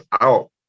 out